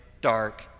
dark